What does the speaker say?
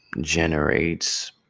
generates